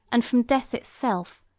and from death itself,